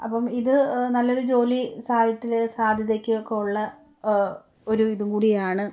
അപ്പം ഇത് നല്ലൊരു ജോലി സാധ്യത്തിൽ സാധ്യതക്കൊക്കെ ഉള്ള ഒരു ഇതും കൂടിയാണ്